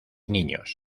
niños